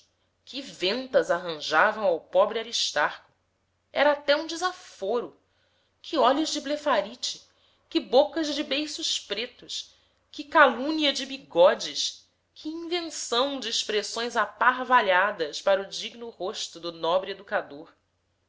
que ventas arranjavam ao pobre aristarco era até um desaforo que olhos de blefarite que bocas de beiços pretos que calúnia de bigodes que invenção de expressões aparvalhadas para o digno rosto do nobre educador